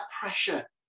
pressure